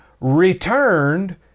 returned